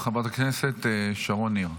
חברת הכנסת שרון ניר,